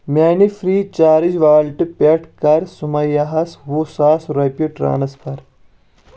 میانہِ free charge ویلٹہٕ پٮ۪ٹھٕ کَر سُمَییا ہَس وُہ ساس رۄپیہِ ٹرانسفر